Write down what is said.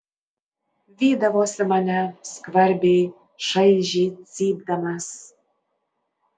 vydavosi mane skvarbiai šaižiai cypdamas